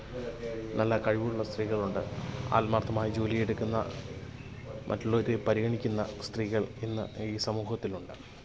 നല്ല കഴിവുള്ള സ്ത്രീകളുണ്ട് ആത്മാര്ത്ഥമായി ജോലി എടുക്കുന്ന മറ്റുള്ളവരെ പരിഗണിക്കുന്ന സ്ത്രീകള് ഇന്ന് ഈ സമൂഹത്തിലുണ്ട്